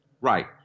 Right